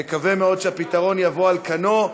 נקווה מאוד שהפתרון יבוא על כנו,